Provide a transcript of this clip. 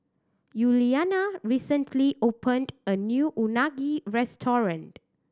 Yuliana recently opened a new Unagi restaurant